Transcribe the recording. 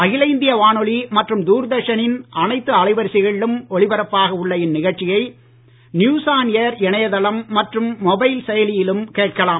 அகில இந்திய வானொலி மற்றும் தூர்தர்ஷனின் அனைத்து அலைவரிசைகளிலும் ஒலிப்பரப்பாக உள்ள இந்நிகழ்ச்சியை நியூஸ் ஆன் ஏர் இணையதளம் மற்றும் மொபைல் செயலியிலும் கேட்கலாம்